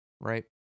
right